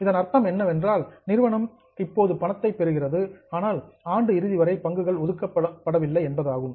இதன் அர்த்தம் என்னவென்றால் நிறுவனம் இப்போது பணத்தை பெறுகிறது ஆனால் ஆண்டு இறுதிவரை பங்குகள் ஒதுக்கப்படவில்லை என்பதாகும்